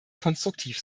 konstruktiv